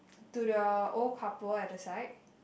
to the old couple at the side